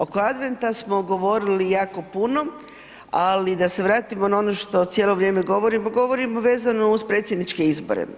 Oko Adventa smo govorili jako puno, ali da se vratimo na on što cijelo vrijeme govorimo, govorimo vezano uz predsjedničke izbore.